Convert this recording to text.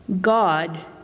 God